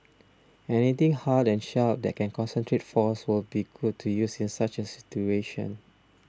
anything hard and sharp that can concentrate force would be good to use in such a situation